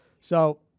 So-